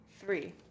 three